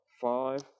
Five